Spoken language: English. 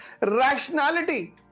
rationality